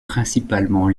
principalement